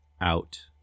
out